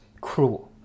cruel